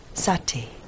sati